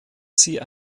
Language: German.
sie